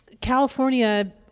California